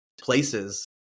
places